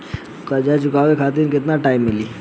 कर्जा चुकावे खातिर केतना टाइम मिली?